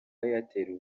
airtel